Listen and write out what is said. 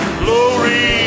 glory